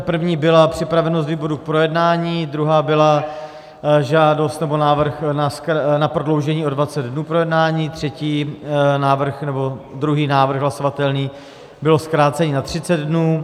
První byla připravenost výborů k projednání, druhá byla žádost, nebo návrh, na prodloužení o 20 dnů k projednání, třetí, nebo druhý návrh hlasovatelný bylo zkrácení na 30 dnů.